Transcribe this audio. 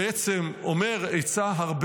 יהודה בעצם נותן עצה,